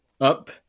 up